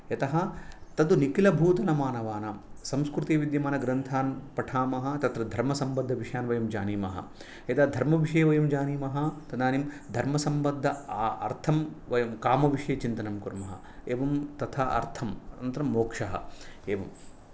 यतः तद् निखिलभूतमानवानां संस्कृतविद्यमानग्रन्थान् पठामः तत्र धर्मसम्बद्धविषयान् वयं जानीमः यदा धर्मविषये वयं जानीमः तदानीं धर्मसम्बद्धार्थं वयं कामविषये चिन्तनं कुर्मः एवं तथा अर्थम् अनन्तरं मोक्षः एवम्